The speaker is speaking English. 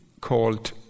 called